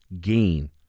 gain